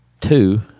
Two